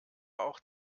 auch